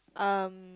um